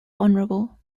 honorable